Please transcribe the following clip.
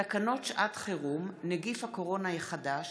תקנות שעת חירום (נגיף הקורונה החדש)